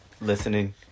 listening